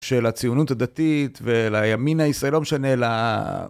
של הציונות הדתית ולימין הישראלי, לא משנה, ל...